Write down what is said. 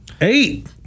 Eight